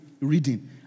reading